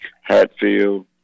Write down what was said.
Hatfield